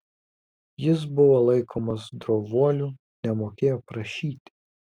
jis buvo laikomas drovuoliu nemokėjo prašyti